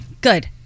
Good